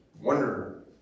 wonder